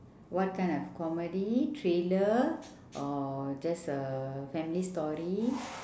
what kind of comedy thriller or just a family story